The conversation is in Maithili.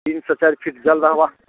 तीनसँ चाइर फीट जल रहबाक